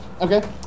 Okay